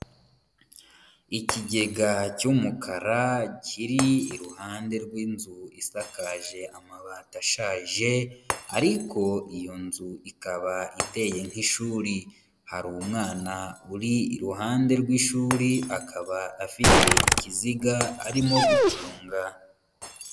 Ikigega cyumukara kiri iruhande rw'inzu isakaje amabati ashaje ariko iyo nzu ikaba iteye nk'ishuri, hari umwana uri iruhande rw'ishuri akaba afite ikiziga arimo gucunga.